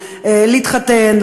להתחתן,